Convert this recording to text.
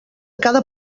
cada